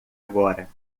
agora